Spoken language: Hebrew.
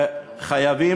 וחייבים